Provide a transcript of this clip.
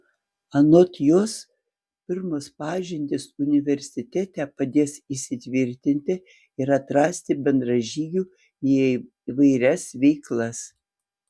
anot jos pirmos pažintys universitete padės įsitvirtinti ir atrasti bendražygių į įvairias veiklas